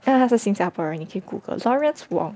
他他是新加坡人你可以 Google Lawrence Wong